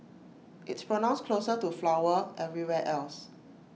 it's pronounced closer to flower everywhere else